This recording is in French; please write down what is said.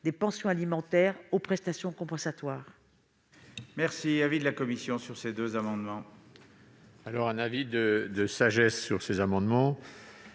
les pensions alimentaires aux prestations compensatoires.